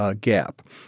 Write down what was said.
gap